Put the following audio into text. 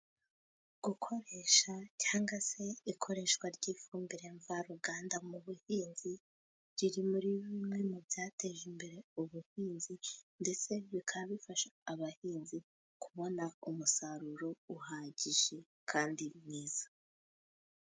Gukoresha cyangwa se ikoreshwa ry'ifumbire mvaruganda mu buhinzi, riri muri bimwe mu byateje imbere ubuhinzi, ndetse bikaba bifasha abahinzi kubona umusaruro uhagije, kandi mwiza.